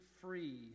free